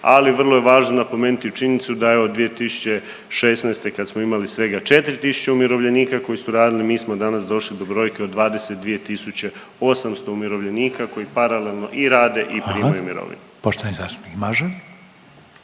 ali vrlo je važno napomenuti činjenicu da je od 2016. kad smo imali svega 4 tisuće umirovljenika koji su radili, mi smo danas došli do brojke od 22 800 umirovljenika koji paralelno i rade i primaju mirovinu.